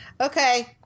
okay